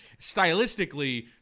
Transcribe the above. stylistically